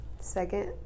Second